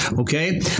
okay